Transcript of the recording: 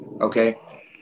Okay